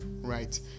Right